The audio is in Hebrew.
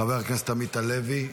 חבר הכנסת עמית הלוי,